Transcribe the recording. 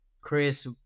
Chris